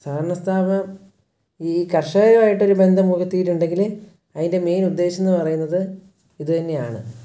സഹകരണ സ്ഥാപനം ഈ കർഷകരുമായിട്ടൊരു ബന്ധം പുലർത്തിയിട്ടുണ്ടെങ്കിൽ അതിൻ്റെ മെയിൻ ഉദ്ദേശം എന്നു പറയുന്നത് ഇതുതന്നെയാണ്